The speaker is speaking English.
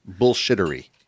Bullshittery